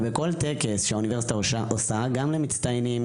ובכל טקס שהאוניברסיטה עושה גם למצטיינים,